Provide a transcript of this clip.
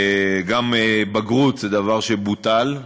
גם בגרות זה דבר שבוטל,